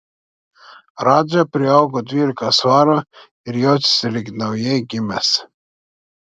radža priaugo dvylika svarų ir jautėsi lyg naujai gimęs